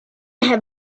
have